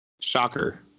Shocker